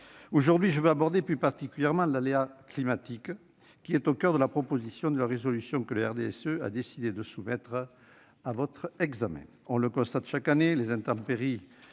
Aujourd'hui, je veux évoquer plus particulièrement l'aléa climatique, qui est au coeur de la proposition de résolution que le RDSE a décidé de soumettre à votre examen. On le constate chaque année : les intempéries